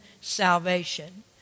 salvation